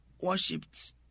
worshipped